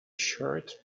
shirt